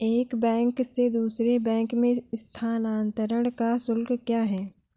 एक बैंक से दूसरे बैंक में स्थानांतरण का शुल्क क्या है?